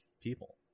people